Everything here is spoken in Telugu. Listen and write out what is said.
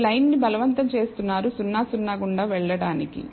మీరు లైను ని బలవంతం చేస్తున్నారు 0 0 గుండా వెళ్లడానికి